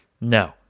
No